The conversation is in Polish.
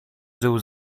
żył